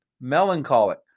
melancholic